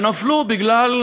ונפלו בגלל,